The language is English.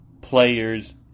players